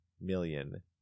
million